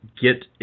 get